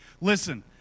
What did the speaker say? Listen